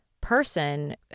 person